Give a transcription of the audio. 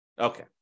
Okay